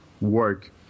work